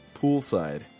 poolside